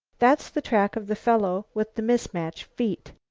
that's the track of the fellow with the mis-mate feet.